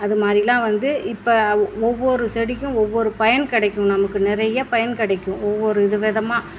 அது மாதிரிலாம் வந்து இப்போ ஒவ்வொரு செடிக்கும் ஒவ்வொரு பயன் கிடைக்கும் நமக்கு நிறைய பயன் கிடைக்கும் ஒவ்வொரு விதவிதமா